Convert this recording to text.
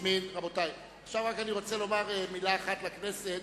רבותי, עכשיו אני רוצה לומר רק מלה אחת לכנסת.